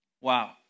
Wow